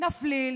נפליל,